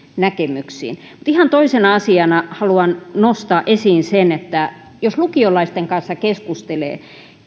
näkemyksiin mutta ihan toisena asiana haluan nostaa esiin sen että jos lukiolaisten kanssa keskustelee